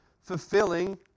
fulfilling